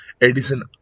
Edison